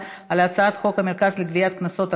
הצעת חוק המרכז לגביית קנסות,